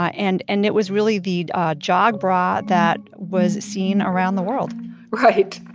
ah and and it was really the jog bra that was seen around the world right.